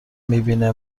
میبینه